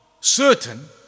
certain